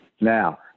Now